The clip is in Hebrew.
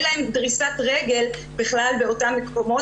אין להן דריסת רגל בכלל באותם מקומות.